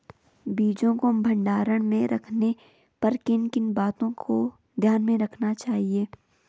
बीजों को भंडारण में रखने पर किन किन बातों को ध्यान में रखना चाहिए?